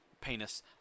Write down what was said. penis